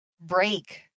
break